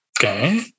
okay